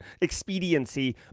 expediency